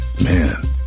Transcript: Man